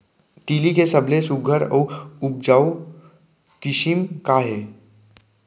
तिलि के सबले सुघ्घर अऊ उपजाऊ किसिम का हे?